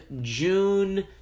June